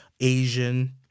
Asian